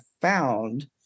found